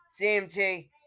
CMT